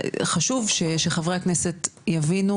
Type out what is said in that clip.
חשוב שחברי הכנסת יבינו,